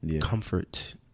comfort